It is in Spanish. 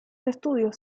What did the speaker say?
estudios